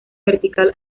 vertical